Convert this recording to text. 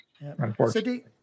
Unfortunately